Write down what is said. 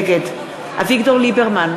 נגד אביגדור ליברמן,